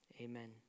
Amen